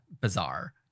bizarre